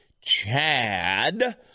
CHAD